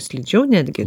slidžiau netgi